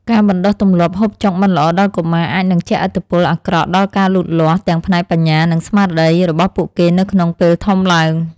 ការបណ្តុះទម្លាប់ហូបចុកមិនល្អដល់កុមារអាចនឹងជះឥទ្ធិពលអាក្រក់ដល់ការលូតលាស់ទាំងផ្នែកបញ្ញា និងស្មារតីរបស់ពួកគេនៅក្នុងពេលធំឡើង។